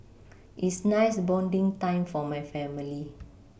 is nice bonding time for my family